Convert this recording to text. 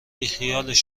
بیخیالش